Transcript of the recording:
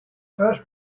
first